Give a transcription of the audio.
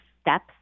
steps